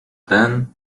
then